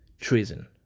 treason